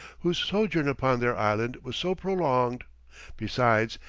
whose sojourn upon their island was so prolonged besides,